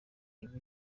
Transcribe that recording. ibi